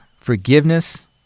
forgiveness